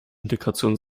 integration